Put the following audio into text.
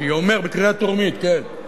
בקריאה טרומית, כן.